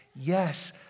yes